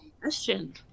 question